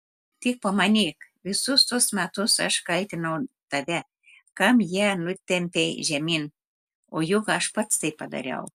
tik pamanyk visus tuos metus aš kaltinau tave kam ją nutempei žemyn o juk aš pats tai padariau